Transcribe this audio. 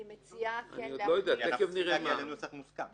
כי אנחנו צריכים להגיע לנוסח מוסכם.